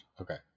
okay